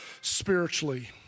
spiritually